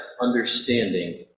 understanding